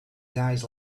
guys